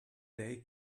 day